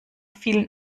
vielen